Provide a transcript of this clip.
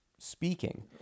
Speaking